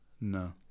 No